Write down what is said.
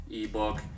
ebook